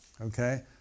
Okay